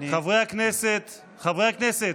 חברי הכנסת.